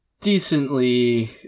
decently